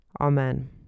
Amen